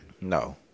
No